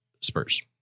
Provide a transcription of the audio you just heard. Spurs